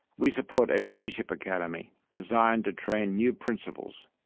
we support a leadership academy designed to train new principals,